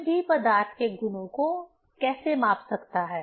कोई भी पदार्थ के गुणों को कैसे माप सकता है